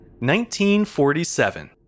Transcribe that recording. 1947